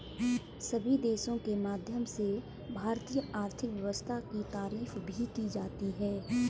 सभी देशों के माध्यम से भारतीय आर्थिक व्यवस्था की तारीफ भी की जाती है